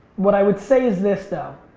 what i would say is this though,